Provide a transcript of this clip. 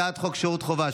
הצעת חוק שירות חובה,